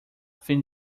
fim